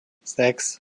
sechs